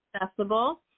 accessible